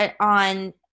on